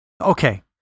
Okay